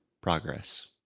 progress